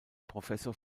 professor